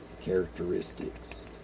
characteristics